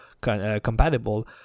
compatible